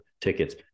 tickets